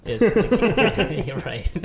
Right